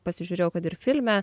pasižiūrėjau kad ir filme